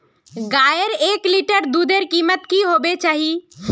गायेर एक लीटर दूधेर कीमत की होबे चही?